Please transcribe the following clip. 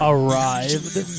Arrived